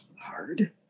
Hard